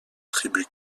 tribu